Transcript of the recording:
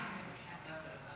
רוצה לדבר על תאונות